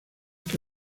que